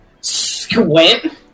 squint